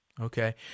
Okay